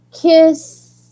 Kiss